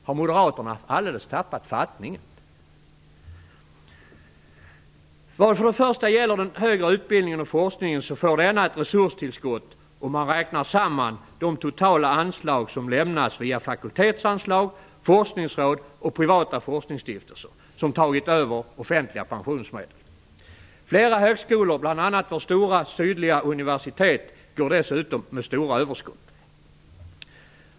Har moderaterna alldeles tappat fattningen? Vad för det första gäller den högre utbildningen och forskningen får denna ett resurstillskott, om man räknar samman de totala anslag som lämnas via fakultetsanslag, forskningsråd och de privata forskningsstiftelser som tagit över offentliga pensionsmedel. Flera högskolor, bl.a. vårt stora sydliga universitet, går dessutom med stora överskott.